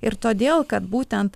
ir todėl kad būtent